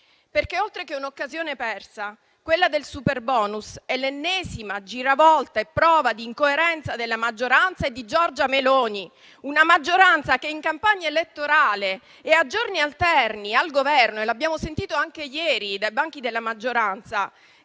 perché oltre che un'occasione persa, quella del superbonus è l'ennesima giravolta e prova di incoerenza della maggioranza e di Giorgia Meloni, una maggioranza che in campagna elettorale e a giorni alterni al Governo - e l'abbiamo sentito anche ieri dai banchi della maggioranza